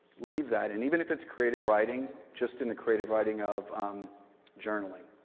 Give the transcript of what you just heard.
leave that. and even if it's creative writing, just in the creative writing of journaling,